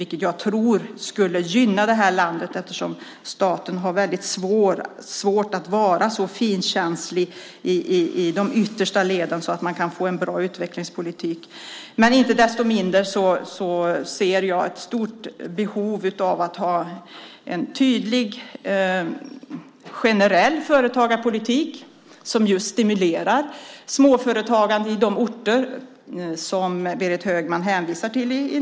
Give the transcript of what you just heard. Det skulle gynna det här landet, eftersom staten har väldigt svårt att vara så finkänslig i de yttersta leden att man kan få en bra utvecklingspolitik. Inte desto mindre ser jag ett stort behov av att ha en tydlig generell företagarpolitik som stimulerar småföretagande i de orter i norra Värmland som Berit Högman hänvisar till.